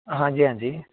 ਹਾਂਜੀ ਹਾਂਜੀ